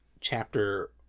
chapter